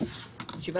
הישיבה